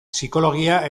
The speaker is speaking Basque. psikologia